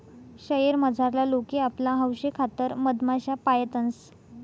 शयेर मझारला लोके आपला हौशेखातर मधमाश्या पायतंस